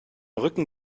rücken